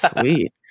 Sweet